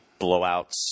blowouts